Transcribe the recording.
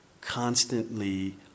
constantly